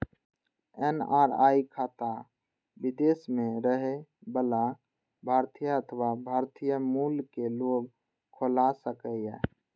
NRI खाता विदेश मे रहै बला भारतीय अथवा भारतीय मूल के लोग खोला सकैए